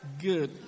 Good